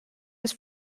his